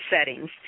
settings